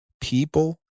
people